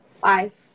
five